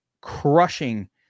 crushing